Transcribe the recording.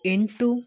ಎಂಟು